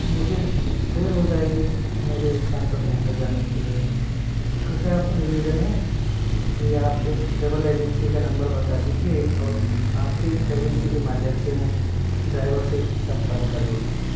मुझे देर हो जाएगी मेरे स्थान पर घूमने जाने के लिए तो कृपया आपसे निवेदन है कि आप ट्रैवल एजेंसी का नंबर बता दीजिए और आपके एजेंसी के माध्यम से में ड्राइवर से संपर्क कर लूँ